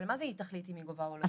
היא תחליט אם היא גובה, לא גובה.